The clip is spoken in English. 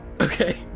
Okay